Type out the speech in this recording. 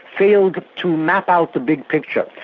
failed to map out the big picture.